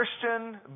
Christian